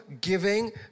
giving